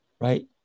right